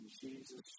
Jesus